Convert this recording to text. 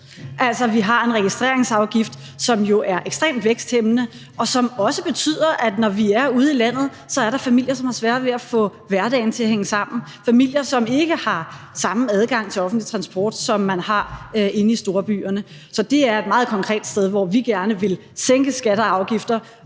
Altså, vi har en registreringsafgift, som jo er ekstremt væksthæmmende, og som også betyder, at der er familier ude i landet, som har svært ved at få hverdagen til at hænge sammen; familier, som ikke har samme adgang til offentlig transport, som man har inde i storbyerne. Så det er et meget konkret sted, hvor vi gerne både vil sænke skatter og afgifter,